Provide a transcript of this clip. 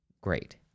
great